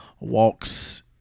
walks